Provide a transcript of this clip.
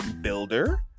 builder